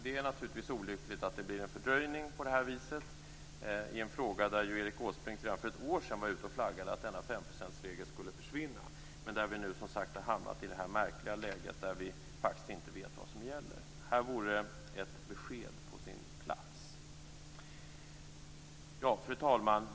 Det är naturligtvis olyckligt att det blir en fördröjning på det här viset i en fråga där ju Erik Åsbrink redan för ett år sedan var ute och flaggade att denna femprocentsregel skulle försvinna. Nu har vi, som sagt, i stället hamnat i detta märkliga läge att vi faktiskt inte vet vad som gäller. Här vore ett besked på sin plats. Fru talman!